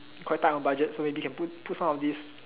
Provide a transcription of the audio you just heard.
quite tight on budget so maybe can put put some of this